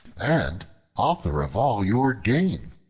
and author of all your gain.